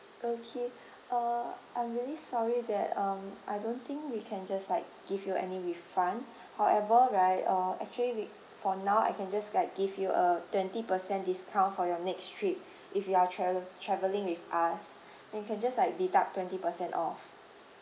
okay uh I'm really sorry that um I don't think we can just like give you any refund however right uh actually we for now I can just like give you a twenty percent discount for your next trip if you are trave~ travelling with us then you can just like deduct twenty percent off